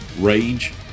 Rage